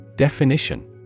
Definition